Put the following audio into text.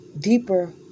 deeper